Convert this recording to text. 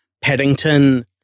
Paddington